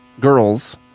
girls